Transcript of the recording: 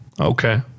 Okay